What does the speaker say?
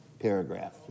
paragraph